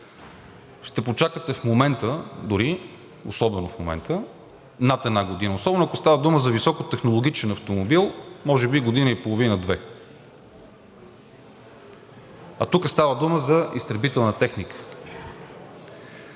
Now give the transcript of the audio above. ще почакате, в момента дори – особено в момента, над една година, особено ако става дума за високотехнологичен автомобил, може би година и половина – две, а тука става дума за изтребителна техника.